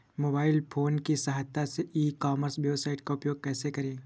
Mobile phone की सहायता से ई कॉमर्स वेबसाइट का उपयोग कैसे करें?